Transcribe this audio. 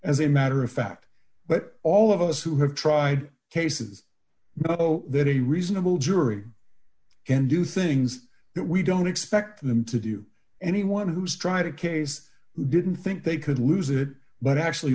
as a matter of fact but all of us who have tried cases that a reasonable jury can do things that we don't expect them to do anyone who's tried a case who didn't think they could lose it but actually